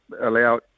allow